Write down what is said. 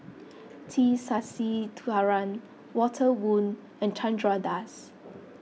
T Sasitharan Walter Woon and Chandra Das